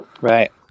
right